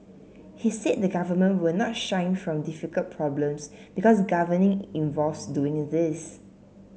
he said the government will not shy from difficult problems because governing involves doing these